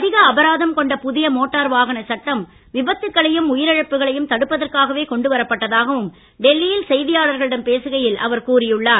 அதிக அபராதம் கொண்ட புதிய மோட்டார் வாகன சட்டம் விபத்துக்களையும் உயிரிழப்புகளையும் தடுப்பதற்காகவே கொண்டுவரப்பட்டதாகவும் டெல்லியில் செய்தியாளர்களிடம் பேசுகையில் அவர் கூறியுள்ளார்